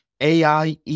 AI